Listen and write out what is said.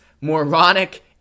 moronic